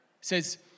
says